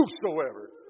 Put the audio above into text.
whosoever